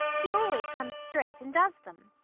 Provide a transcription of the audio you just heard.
he always comes straight and does them.